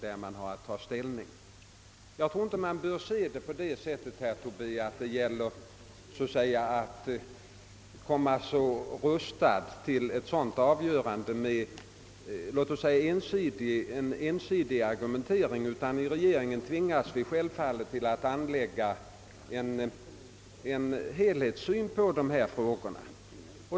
Jag tror inte man bör se saken på det sättet, herr Tobé, att det gäller ali komma rustad till ett sådant avgörande med en ensidig argumentering. I regeringen tvingas vi självfallet anlägga en helhetssyn på dessa frågor.